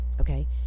Okay